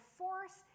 force